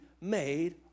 made